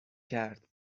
کرد